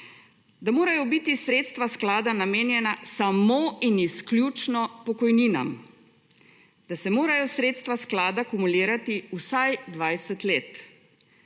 da morajo biti sredstva sklada namenjena samo in izključno pokojninam, da se morajo sredstva sklada akumulirati vsaj 20 let,